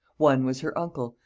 one was her uncle,